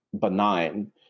benign